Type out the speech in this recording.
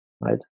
right